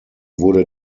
wurde